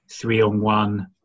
three-on-one